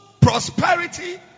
prosperity